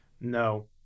No